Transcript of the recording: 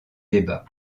débats